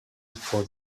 for